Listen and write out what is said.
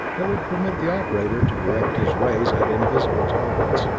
that would permit the operator to direct his rays at invisible targets.